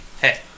hey